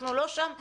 אנחנו לא שם מזמן,